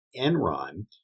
Enron